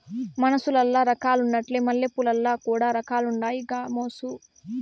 మనుసులల్ల రకాలున్నట్లే మల్లెపూలల్ల కూడా రకాలుండాయి గామోసు